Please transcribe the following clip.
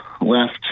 left